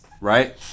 Right